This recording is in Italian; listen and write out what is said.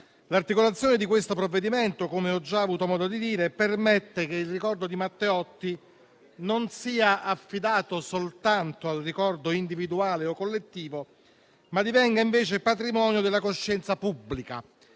L'articolazione di questo provvedimento - come ho già avuto modo di dire - permette che il ricordo di Matteotti non sia affidato soltanto al ricordo individuale o collettivo, ma divenga invece patrimonio della coscienza pubblica,